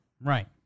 Right